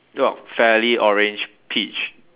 fairly orange peach